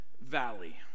Valley